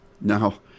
Now